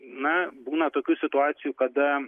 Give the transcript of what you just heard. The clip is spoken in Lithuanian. na būna tokių situacijų kada